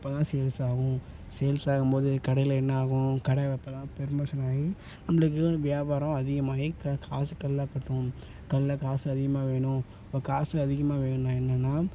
அப்போதான் சேல்ஸ் ஆகும் சேல்ஸ் ஆகும்போது கடையில் என்ன ஆகும் கடை அப்போதான் ப்ரொமோஷன் ஆகி நம்பளுக்கு ஏதோ வியாபாரம் அதிகமாயி க காசு கல்லாக் கட்டும் கல்லா காசு அதிகமாக வேணும் அப்போ காசு அதிகமாக வேணும்னா என்னென்னா